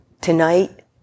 Tonight